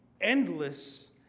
endless